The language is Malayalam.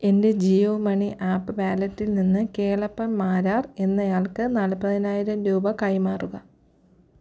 എന്റെ ജിയോ മണി ആപ്പ് വാലറ്റിൽ നിന്ന് കേളപ്പൻ മാരാർ എന്നയാൾക്ക് നാൽപ്പതിനായിരം രൂപ കൈമാറുക